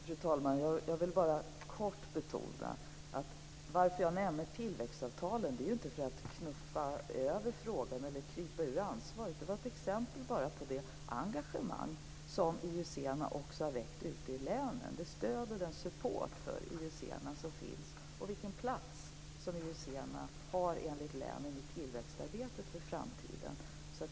Fru talman! Jag vill bara kort betona att anledningen till att jag nämner tillväxtavtalen inte är att jag vill knuffa över frågan eller krypa bort från ansvaret för den. Det var bara ett exempel på det engagemang som IUC har väckt ute i länen, det stöd som finns för IUC och den plats som IUC enligt länen har i tillväxtarbetet för framtiden.